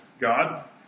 God